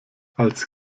als